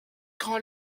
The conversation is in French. grands